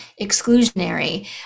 exclusionary